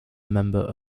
member